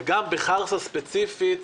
וגם בחרסה ספציפית,